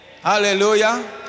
Hallelujah